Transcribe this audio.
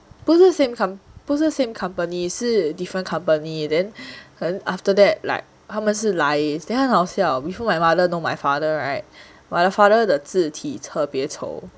不是 same com~ 不是 same company 是 different company then after that like 他们是 then 很好笑 before my mother know my father [right] my father 的字体特别丑